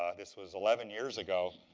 ah this was eleven years ago.